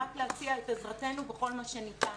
רק להציע את עזרתנו בכל מה שניתן.